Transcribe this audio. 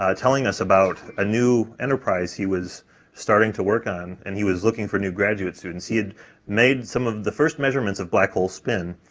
um telling us about a new enterprise he was starting to work on, and he was looking for new graduate students. he had made some of the first measurements of black hole spin,